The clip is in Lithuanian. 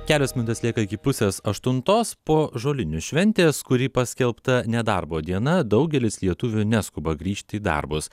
kelios minutės lieka iki pusės aštuntos po žolinių šventės kuri paskelbta nedarbo diena daugelis lietuvių neskuba grįžt į darbus